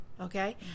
okay